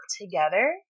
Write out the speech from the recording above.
together